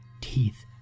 teeth